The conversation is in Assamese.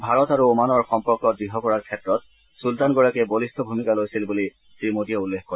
ভাৰত আৰু ওমানৰ সম্পৰ্ক দৃঢ় কৰাৰ ক্ষেত্ৰত চূলতানগৰাকীয়ে বলিষ্ঠ ভূমিকা লৈছিল বুলি শ্ৰীমোদীয়ে উল্লেখ কৰে